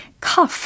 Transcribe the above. cuff